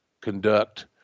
conduct